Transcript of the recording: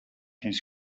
his